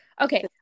Okay